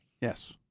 Yes